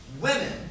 women